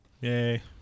yay